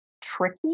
tricky